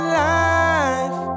life